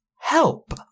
Help